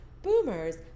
boomers